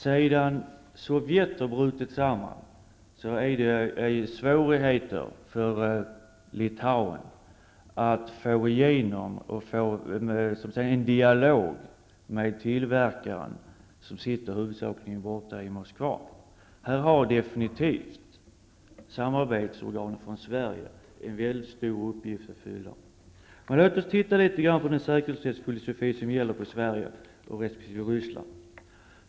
Sedan Sovjet har brutit samman har Litauen svårigheter att få till stånd en dialog med tillverkaren, som huvudsakligen sitter borta i Moskva. I det sammanhanget har definitivt samarbetsorgan från Sverige en mycket stor uppgift att fylla. Låt oss nu titta litet på den säkerhetsfilosofi som gäller i Sverige resp. Ryssland.